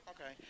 Okay